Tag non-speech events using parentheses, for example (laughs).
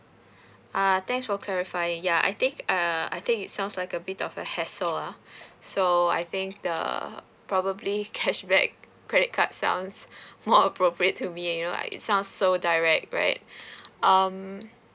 ah thanks for clarifying ya I think err I think it sounds like a bit of a hassle ah (breath) so I think the probably cashback credit card sounds (breath) more appropriate to me (laughs) and you know it sounds so direct right (breath) um